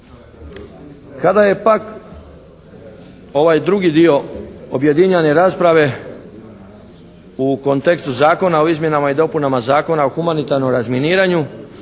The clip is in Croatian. Kada je pak ovaj drugi dio objedinjene rasprave u kontekstu Zakona o izmjenama i dopunama Zakona o humanitarnog razminiranju,